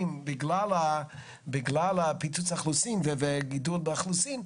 בגלל פיצוץ האוכלוסין וגידול באוכלוסין,